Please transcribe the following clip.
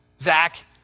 Zach